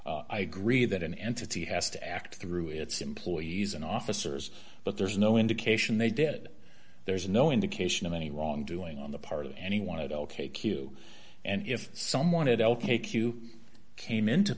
q i agree that an entity has to act through its employees and officers but there's no indication they did there's no indication of any wrongdoing on the part of anyone at all k q and if someone had l k q came into